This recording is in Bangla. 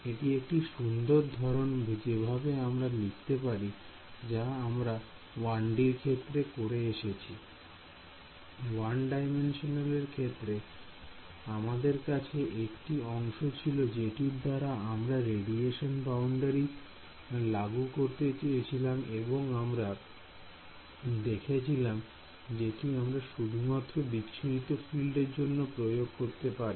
এটি একটি সুন্দর ধরন যেভাবে আমরা লিখতে পারি যা আমরা 1D র ক্ষেত্রে করে এসেছি 1D র ক্ষেত্রে আমাদের কাছে একটি অংশ ছিল যেটির দাঁড়া আমরা রেডিয়েশন বাউন্ডারি লাগু করতে চেয়েছিলাম এবং আমরা দেখেছিলাম যেটি আমরা শুধুমাত্র বিচ্ছুরিত ফ্রেন্ড এর জন্য প্রয়োগ করতে পারি